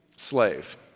Slave